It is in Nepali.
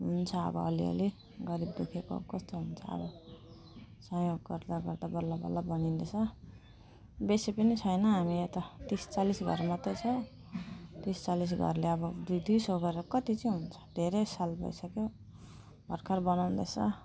हुन्छ अब अलिअलि गरिबदु खीको कस्तो हुन्छ अब सहयोग गर्दा गर्दा बल्ल बनिँदै छ बेसी पनि छैन अब यहाँ त तिस चालिस घर मात्रै छ तिस चालिस घरले अब दुई दुई सौ गरेर कति चाहिँ हुन्छ धेरै साल भइसक्यो भर्खर बनाउँदै छ